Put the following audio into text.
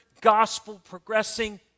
gospel-progressing